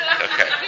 Okay